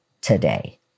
today